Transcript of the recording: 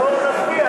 בוא נצביע.